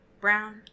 Brown